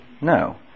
No